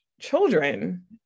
children